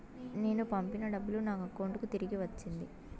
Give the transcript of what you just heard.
నేను పంపిన డబ్బులు నా అకౌంటు కి తిరిగి వచ్చింది